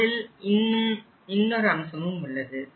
இதில் இன்னொரு அம்சமும் உள்ளது